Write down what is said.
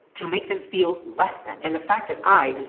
to make them feel less than and the fact that i, and